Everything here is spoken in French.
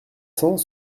cent